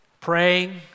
Praying